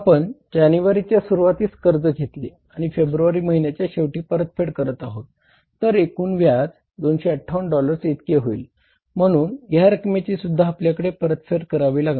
आपण जानेवारीच्या सुरूवातीस कर्ज घेतले आणि फेब्रुवारी महिन्याच्या शेवटी परतफेड करीत आहोत तर एकूण व्याज 258 डॉलर्स इतके होईल म्हणून ह्या रक्कमेचीसुद्धा आपल्याला परतफेड करावी लागेल